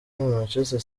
manchester